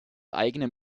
eigenen